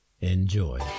Enjoy